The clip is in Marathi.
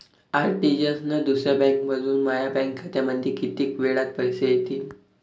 आर.टी.जी.एस न दुसऱ्या बँकेमंधून माया बँक खात्यामंधी कितीक वेळातं पैसे येतीनं?